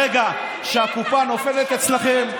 ברגע שהקופה נופלת אצלכם,